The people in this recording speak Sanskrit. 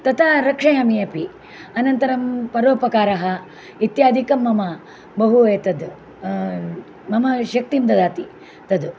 तथा रक्षयामि अपि अनन्तरं परोपकारः इत्यादिकं मम बहु एतद् मम शक्तिं ददाति तद्